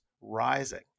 rising